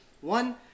one